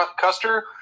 Custer